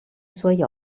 suoi